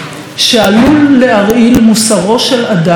שעלול להרעיל מוסרו של אדם,